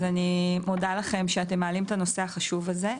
אז אני מודה לכם שאתם מעלים את הנושא החשוב הזה,